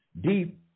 deep